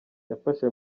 yamfashe